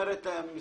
הייתה בקשה.